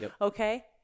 okay